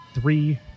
three